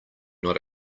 not